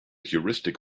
heuristic